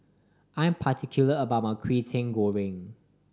I'm particular about my Kwetiau Goreng